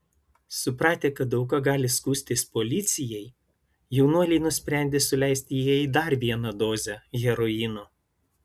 supratę kad auka gali skųstis policijai jaunuoliai nusprendė suleisti jai dar vieną dozę heroino